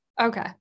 Okay